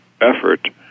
effort